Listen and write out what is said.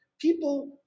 people